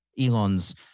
Elon's